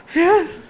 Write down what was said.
yes